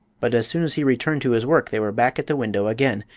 but as soon as he returned to his work they were back at the window again,